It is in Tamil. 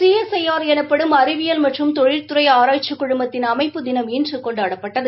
சி எஸ் ஐ ஆர் எனப்படும் அறிவியல் மற்றும் தொழில்துறை ஆராய்ச்சிக் குழுமத்தின் அமைப்பு தினம் இன்று கொண்டாடப்பட்டது